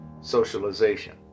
socialization